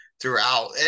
Throughout